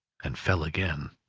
and fell again.